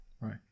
Right